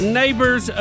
neighbors